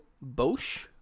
Bosch